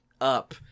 up